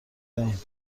دهیم